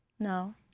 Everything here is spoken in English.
No